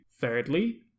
Thirdly